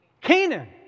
Canaan